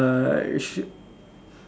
uh